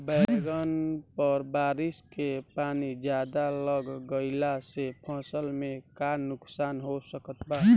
बैंगन पर बारिश के पानी ज्यादा लग गईला से फसल में का नुकसान हो सकत बा?